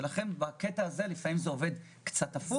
ולכן בקטע הזה זה לפעמים עובד קצת הפוך.